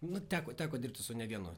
nu teko teko dirbti su ne vienu